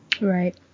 Right